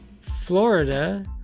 Florida